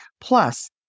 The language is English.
Plus